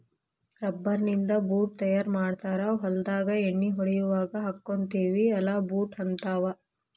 rubber ನಿಂದ boot ತಯಾರ ಮಾಡ್ತಾರ ಹೊಲದಾಗ ಎಣ್ಣಿ ಹೊಡಿಯುವಾಗ ಹಾಕ್ಕೊತೆವಿ ಅಲಾ ಬೂಟ ಹಂತಾವ